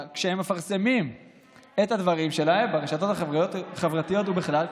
כשהם מפרסמים את הדברים שלהם ברשתות החברתיות ובכלל,